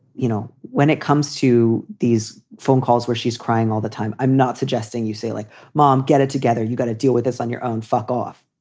you know, when it comes to these phone calls where she's crying all the time. i'm not suggesting you say like, mom, get it together. you got to deal with this on your own. fuck off.